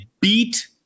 beat